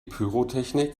pyrotechnik